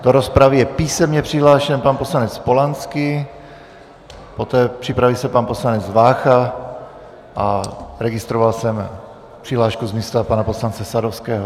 Do rozpravy je písemně přihlášen pan poslanec Polanský, poté se připraví pan poslanec Vácha a registroval jsem přihlášku z místa pana poslance Sadovského.